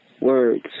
Words